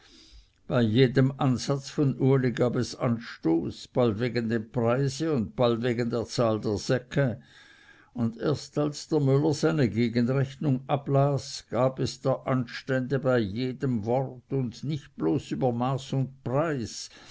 bei jedem ansatz von uli gab es anstoß bald wegen dem preise und bald wegen der zahl der säcke und als erst der müller seine gegenrechnung ablas gab es der anstände bei jedem wort und nicht bloß über maß und preis